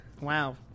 wow